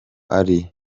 ari